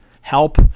help